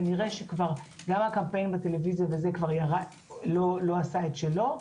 כנראה שגם הקמפיין בטלוויזיה לא עשה את שלו.